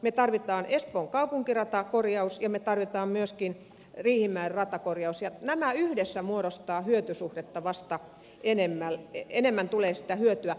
me tarvitsemme espoon kaupunkiratakorjauksen ja me tarvitsemme myöskin riihimäen ratakorjauksen ja vasta nämä yhdessä muodostavat hyötysuhdetta enemmän tulee sitä hyötyä